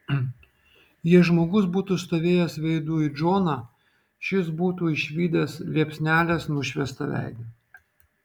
jei žmogus būtų stovėjęs veidu į džoną šis būtų išvydęs liepsnelės nušviestą veidą